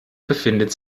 befindet